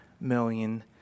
million